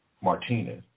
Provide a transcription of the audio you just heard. martinez